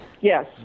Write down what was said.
Yes